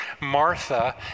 Martha